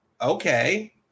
okay